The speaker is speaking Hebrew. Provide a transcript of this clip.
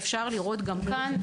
אפשר לראות גם כאן,